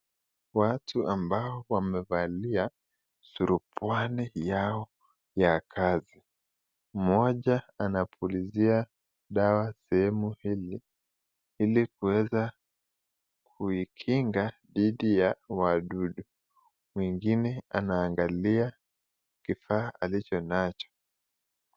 Watu ambao wamevalia suruari yao ya kazi. Moja anapulizia dawa sehemu hili, ilikuweza kuikinga dhidi ya wadudu, mwingine anaagalia kifaa alicho nacho.